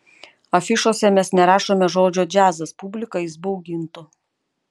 afišose mes nerašome žodžio džiazas publiką jis baugintų